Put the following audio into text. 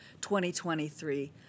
2023